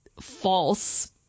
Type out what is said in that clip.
false